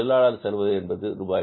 தொழிலாளர் செலவு என்பது 12 ரூபாய்